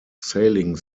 sailing